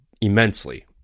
immensely